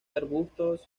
arbustos